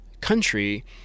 country